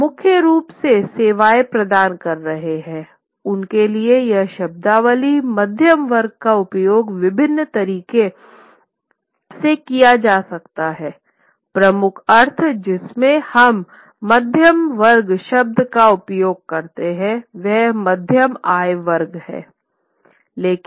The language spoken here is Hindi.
जो मुख्य रूप से सेवाएं प्रदान कर रहे हैंउनके लिए यह शब्दावली मध्यम वर्ग का उपयोग विभिन्न तरीक़े से किया जा सकता हैप्रमुख अर्थ जिसमें हम मध्यम वर्ग शब्द का उपयोग करते हैं वह मध्य आय वर्ग है